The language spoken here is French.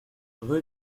rue